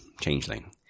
Changeling